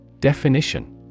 Definition